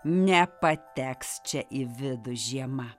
nepateks čia į vidų žiema